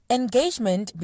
engagement